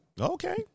okay